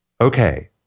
okay